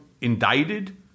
indicted